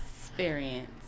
experience